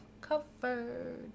covered